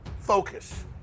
Focus